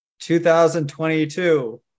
2022